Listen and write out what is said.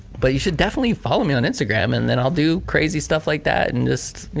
but you should definitely follow me on instagram and then i'll do crazy stuff like that and just,